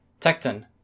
Tecton